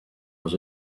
was